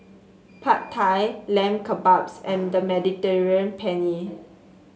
Pad Thai Lamb Kebabs and the Mediterranean Penne